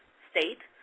state,